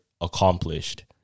accomplished